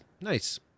Nice